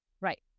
Right